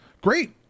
great